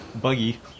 buggy